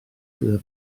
gyda